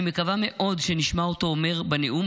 אני מקווה מאוד שנשמע אותו אומר בנאום